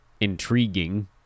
intriguing